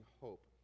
hope